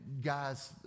guys